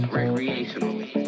recreationally